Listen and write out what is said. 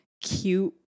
cute